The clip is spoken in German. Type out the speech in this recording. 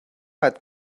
hat